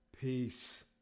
peace